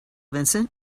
vincent